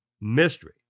mystery